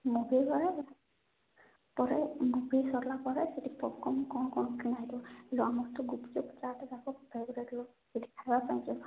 movie ଗଲେ ପରେ movie ସରିଲା ପରେ ସେଠି ପପ୍କର୍ଣ୍ଣ କ'ଣ କ'ଣ କିଣା ହୋଇଥିବ ରହ ଆମର ତ ଗୁପଚୁପ୍ ଚାଟ୍ ଏକା ଫେବରେଟ୍ ଲୋ ସେଠି ଖାଇବା ପାଇଁ